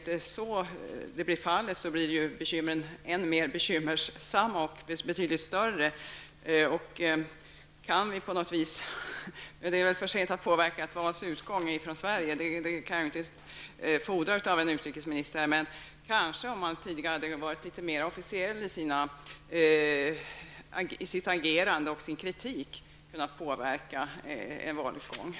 Om så inte blir fallet, blir ju läget betydligt bekymmersammare. Det är väl för sent att göra någonting från Sverige för att påverka valutgången och något sådant kan jag inte heller fordra av en utrikesminister. Men om man tidigare hade varit litet mer officiell i sitt agerande och i sin kritik, hade man kanske kunnat påverka valutgången.